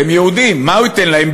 והם יהודים, מה הוא ייתן להם?